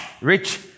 rich